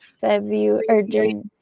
february